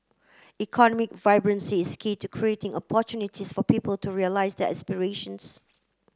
economic vibrancy is key to creating opportunities for people to realise their aspirations